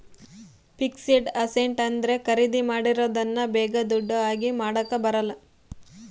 fixed asset ಅಂದ್ರೆ ಖರೀದಿ ಮಾಡಿರೋದನ್ನ ಬೇಗ ದುಡ್ಡು ಆಗಿ ಮಾಡಾಕ ಬರಲ್ಲ